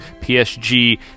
PSG